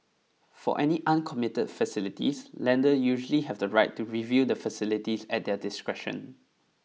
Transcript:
for any uncommitted facilities lender usually have the right to review the facilities at their discretion